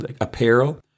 apparel